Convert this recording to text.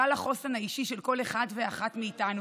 רע לחוסן האישי של כל אחד ואחת מאיתנו,